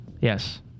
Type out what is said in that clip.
Yes